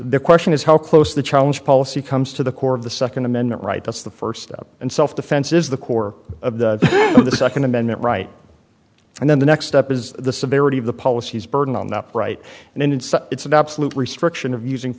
the question is how close the challenge policy comes to the core of the second amendment right that's the first step and self defense is the core of the second amendment right and then the next step is the severity of the policies burden on that right and it's it's an absolute restriction of using